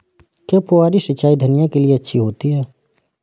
क्या फुहारी सिंचाई धनिया के लिए अच्छी होती है?